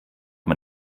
man